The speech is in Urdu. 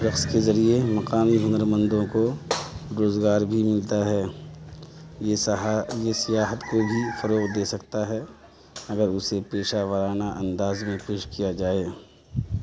رقص کے ذریعے مقامی ہنر مندوں کو روزگار بھی ملتا ہے یہ سیا سیاحت کو بھی فروغ دے سکتا ہے اگر اسے پیشہ وارانہ انداز میں پیش کیا جائے